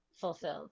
fulfilled